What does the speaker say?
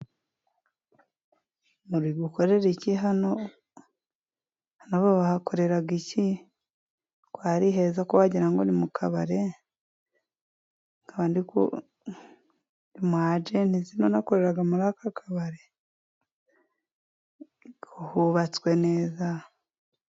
Muri gukorera iki hano？ Hano bahakorera iki ko ari heza？ ko wagirango ni mu kabare，umwajenti se nawe akorera muri aka kabari？Ko hubatswe neza？